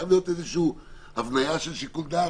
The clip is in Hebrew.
חייבת להיות איזושהי הבניה של שיקול דעת.